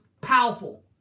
powerful